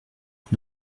que